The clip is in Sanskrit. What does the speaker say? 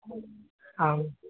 आम्